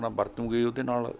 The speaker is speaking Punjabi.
ਆਪਣਾ ਵਰਤੂੰਗੇ ਉਹਦੇ ਨਾਲ਼